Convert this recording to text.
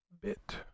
Bit